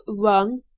run